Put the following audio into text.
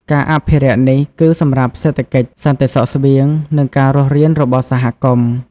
ការអភិរក្សនេះគឺសម្រាប់សេដ្ឋកិច្ច សន្តិសុខស្បៀង និងការរស់រានរបស់សហគមន៍។